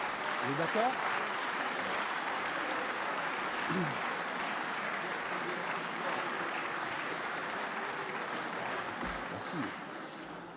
Merci